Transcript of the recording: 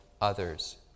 others